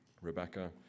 Rebecca